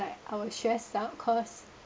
like I will share some cost